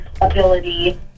ability